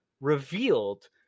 revealed